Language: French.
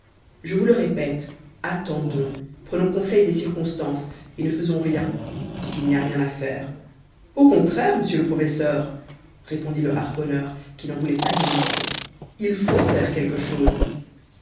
je vous le répète attendons prenons conseil des circonstances et ne faisons rien puisqu'il n'y a rien à faire au contraire monsieur le professeur répondit le harponneur qui n'en voulait pas démordre il faut faire quelque chose